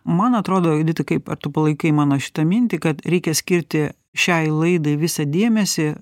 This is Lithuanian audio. man atrodo judita kaip ar tu palaikai mano šitą mintį kad reikia skirti šiai laidai visą dėmesį